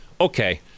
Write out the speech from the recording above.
okay